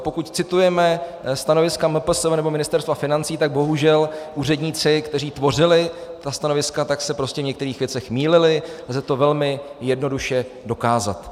Pokud citujeme stanoviska MPSV nebo Ministerstva financí, tak bohužel úředníci, kteří tvořili ta stanoviska, tak se prostě v některých věcech mýlili a lze to velmi jednoduše dokázat.